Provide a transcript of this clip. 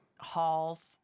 Hall's